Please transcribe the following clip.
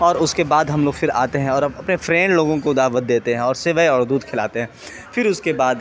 اور اس کے بعد ہم لوگ پھر آتے ہیں اور اپنے فرینڈ لوگوں کو دعوت دیتے ہیں اور سوے اور دودھ کھلاتے ہیں پھر اس کے بعد